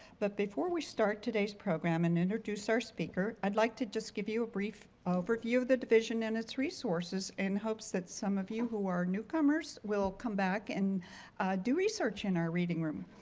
but before we start today's program and introduce our speaker, i'd like to just give you brief overview of the division and its resources in hopes that some of you who are newcomers will come back and do research in our reading room.